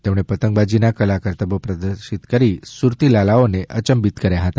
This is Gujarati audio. તેમણે પતંગબાજીના કલા કરતબો પ્રદર્શિત કરી સુરતીલાલાઓને અયંબિત કર્યા હતા